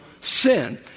sin